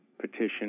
petition